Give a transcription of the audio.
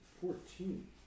Fourteen